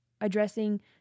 addressing